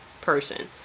person